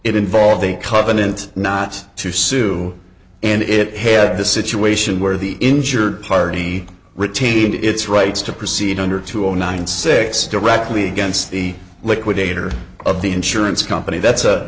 involved a covenant not to sue and it had the situation where the injured party retained its rights to proceed under two zero nine six directly against the liquidator of the insurance company that's a